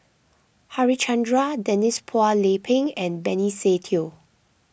Harichandra Denise Phua Lay Peng and Benny Se Teo